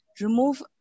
remove